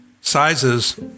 Sizes